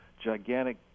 gigantic